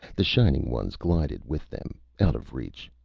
the shining ones glided with them, out of reach.